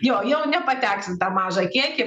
jo jau nepateks į tą mažą kiekį